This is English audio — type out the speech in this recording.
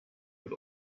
with